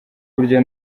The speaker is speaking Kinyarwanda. burya